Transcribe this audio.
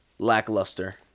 Lackluster